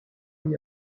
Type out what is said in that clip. lui